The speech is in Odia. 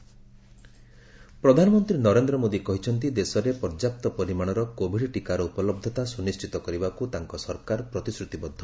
ପିଏମ୍ ପ୍ରଧାନମନ୍ତ୍ରୀ ନରେନ୍ଦ୍ର ମୋଦୀ କହିଛନ୍ତି ଦେଶରେ ପର୍ଯ୍ୟାପ୍ତ ପରିମାଣର କୋଭିଡ୍ ଟିକାର ଉପଲହ୍ଧତା ସୁନିଶ୍ଚିତ କରିବାକୁ ତାଙ୍କ ସରକାର ପ୍ରତିଶ୍ରତିବଦ୍ଧ